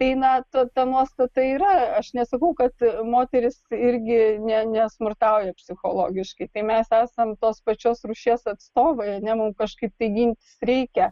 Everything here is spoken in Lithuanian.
tai na ta ta nuostata yra aš nesakau kad moterys irgi ne ne smurtauja psichologiškai tai mes esam tos pačios rūšies atstovai ne mum kažkaip tai gintis reikia